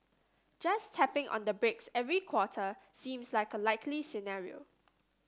just tapping on the brakes every quarter seems like a likely scenario